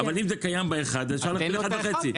אבל אם זה קיים באחד, אז אפשר להכפיל באחד וחצי.